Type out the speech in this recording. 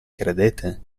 credete